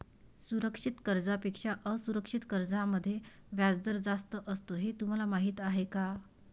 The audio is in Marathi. सुरक्षित कर्जांपेक्षा असुरक्षित कर्जांमध्ये व्याजदर जास्त असतो हे तुम्हाला माहीत आहे का?